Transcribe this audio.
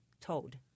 told